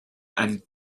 and